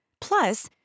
Plus